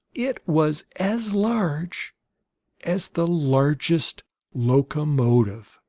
it was as large as the largest locomotive.